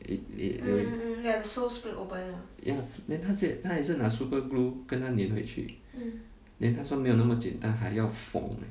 it it it ya then 他也是拿 super glue 跟他粘回去 then 他说没有那么简单还要缝